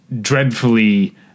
dreadfully